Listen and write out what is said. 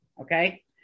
Okay